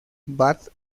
bath